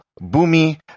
Boomy